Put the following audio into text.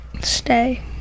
stay